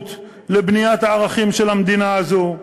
ההתיישבות לבניית הערכים של המדינה הזאת,